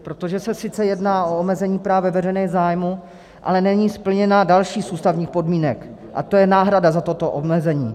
Protože se sice jedná o omezení práv ve veřejném zájmu, ale není splněna další z ústavních podmínek a tou je náhrada za toto omezení.